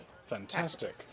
Fantastic